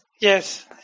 Yes